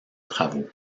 travaux